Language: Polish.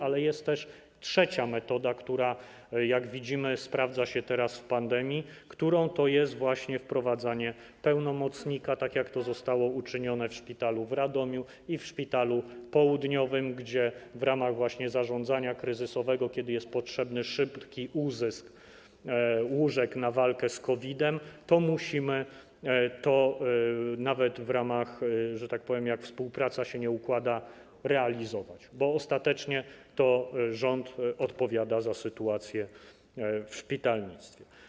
Ale jest też trzecia metoda, która, jak widzimy, sprawdza się teraz w pandemii, którą to jest właśnie wprowadzanie pełnomocnika, tak jak to zostało uczynione w szpitalu w Radomiu i w Szpitalu Południowym, gdzie w ramach właśnie zarządzania kryzysowego, kiedy jest potrzebny szybki uzysk łóżek na walkę z COVID-em, to musimy to, nawet jak, że tak powiem, współpraca się nie układa, realizować, bo ostatecznie to rząd odpowiada za sytuację w szpitalnictwie.